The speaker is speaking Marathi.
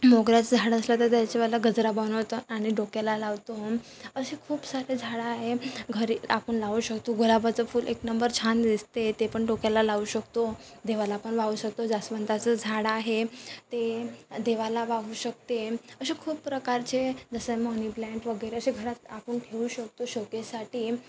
मोगऱ्याचं झाडं असलं तर त्याच्यावाला गजरा बनवतो आणि डोक्याला लावतो असे खूप सारे झाडं आहे घरी आपण लावू शकतो गुलाबाचं फुल एक नंबर छान दिसते ते पण डोक्याला लावू शकतो देवाला पण वाहू शकतो जास्वंदाचं झाडं आहे ते देवाला वाहू शकते असे खूप प्रकारचे जसं मनी प्लॅन्ट वगैरे असे घरात आपण ठेवू शकतो शोकेसाठी